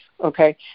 okay